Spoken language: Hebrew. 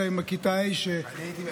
אלה בכיתה ה' אני הייתי,